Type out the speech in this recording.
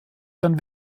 dann